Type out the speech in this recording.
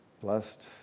Blessed